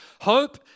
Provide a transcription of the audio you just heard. Hope